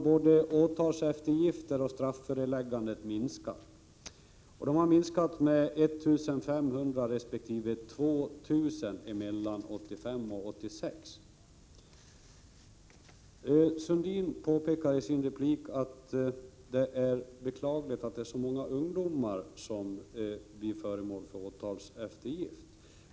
Både åtalseftergifter och strafförelägganden har minskat i antal med 1 500 resp. 2 000 mellan 1985 och 1986. Lars Sundin påpekade i sitt anförande att det är beklagligt att det är så många ungdomar som blir föremål för åtalseftergift.